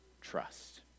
trust